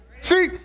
See